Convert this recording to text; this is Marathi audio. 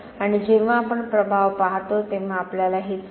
आणि जेव्हा आपण प्रभाव पाहतो तेव्हा आपल्याला हेच मिळते